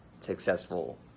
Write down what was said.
successful